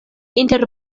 inter